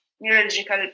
neurological